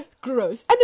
gross